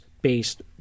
based